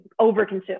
overconsume